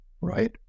right